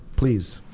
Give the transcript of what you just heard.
please.